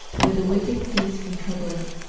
where the wicked cease from troubling,